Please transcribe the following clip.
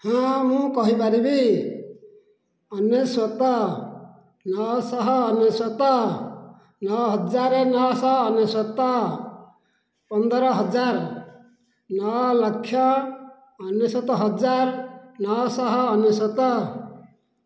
ହଁ ମୁଁ କହିପାରିବି ଅନେଶ୍ଵତ ନଅଶହ ଅନେଶ୍ୱତ ନଅହଜାର ନଅଶହ ଅନେଶ୍ୱତ ପନ୍ଦରହଜାର ନଅଲକ୍ଷ ଅନେଶ୍ୱତ ହଜାର ନଅଶହ ଅନେଶ୍ଵତ